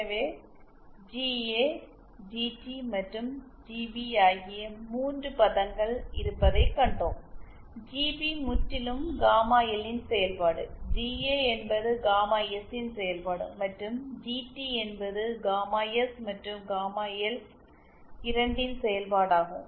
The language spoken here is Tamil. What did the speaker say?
எனவே ஜிஏ ஜிடி மற்றும் ஜிபி ஆகிய 3 பதங்கள் இருப்பதைக் கண்டோம் ஜிபி முற்றிலும் காமாஎல் ன் செயல்பாடு ஜிஏ என்பது காமா எஸ் ன் செயல்பாடு மற்றும் ஜிடி என்பது காமா எஸ் மற்றும் காமா எல் இரண்டின் செயல்பாடாகும்